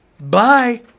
bye